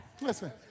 listen